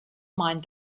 mind